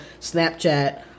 Snapchat